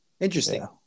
interesting